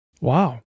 Wow